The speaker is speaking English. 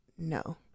No